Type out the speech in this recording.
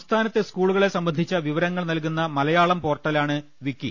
സംസ്ഥാനത്തെ സ്കൂളുകളെ സംബന്ധിച്ച വിവരങ്ങൾ നൽകുന്ന മലയാളം പോർട്ടലാണ് വിക്കി